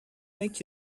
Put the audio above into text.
make